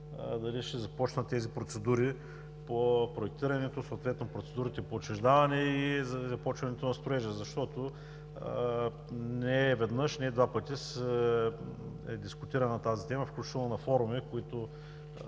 дали ще започнат тези процедури по проектирането, съответно процедурите по отчуждаване, и започването на строежа? Не веднъж, не два пъти е дискутирана тази тема, включително на форуми, които